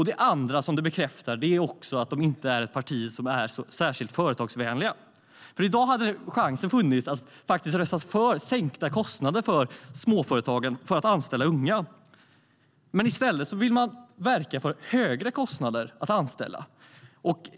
Det bekräftar för det andra att det inte är ett parti som är särskilt företagsvänligt. I dag hade chansen funnits att rösta för sänkta kostnader för småföretagen för att anställa unga. I stället vill Sverigedemokraterna verka för högre kostnader för att anställa unga.